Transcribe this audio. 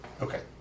Okay